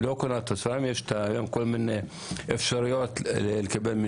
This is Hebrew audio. יש היום כל מיני אפשרויות לקבל,